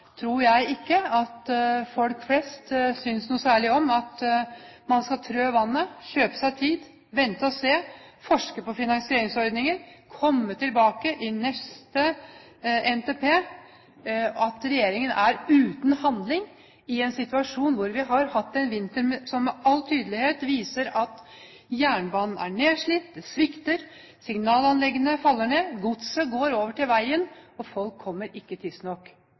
tror jeg ikke at folk flest synes noe særlig om at man skal trø vannet, kjøpe seg tid, vente og se, forske på finansieringsordninger, komme tilbake i neste NTP, og regjeringen er uten handling i en situasjon hvor vi har hatt en vinter som med all tydelighet viser at jernbanen er nedslitt, den svikter, signalanleggene faller ned, gods går over på vei, og folk kommer ikke tidsnok